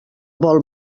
vol